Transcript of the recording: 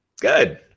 Good